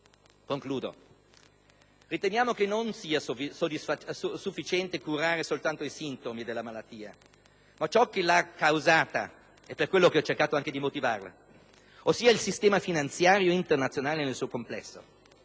Concludo. Riteniamo non sia sufficiente curare soltanto i sintomi della malattia, ma ciò che l'ha causata (per questo ho cercato di motivarla), ossia il sistema finanziario internazionale nel suo complesso.